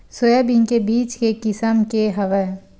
Soybean के बीज के किसम के हवय?